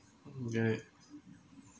get it